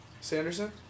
Sanderson